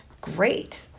Great